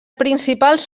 principals